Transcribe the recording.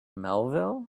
melville